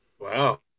Wow